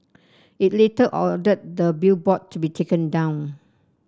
it later ordered the billboard to be taken down